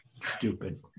stupid